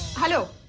hello!